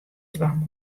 dwaan